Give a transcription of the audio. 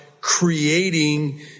creating